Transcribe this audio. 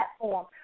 platform